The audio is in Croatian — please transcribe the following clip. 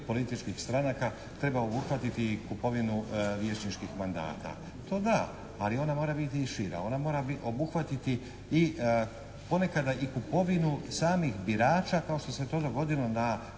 političkih stranaka treba obuhvatiti i kupovinu vijećničkih mandata. To da, ali ona mora biti i šira. Ona mora obuhvatiti i ponekada i kupovinu samih birača kao što se to dogodilo na